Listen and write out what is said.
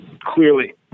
clearly